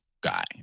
guy